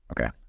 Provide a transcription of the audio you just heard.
Okay